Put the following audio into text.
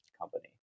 company